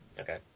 Okay